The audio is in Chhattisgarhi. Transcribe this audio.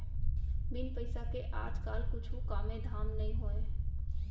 बिन पइसा के आज काल कुछु कामे धाम नइ होवय